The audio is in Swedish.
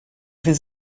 finns